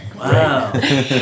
Wow